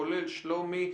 כולל שלומי,